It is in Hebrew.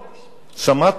שמעת,